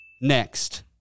Next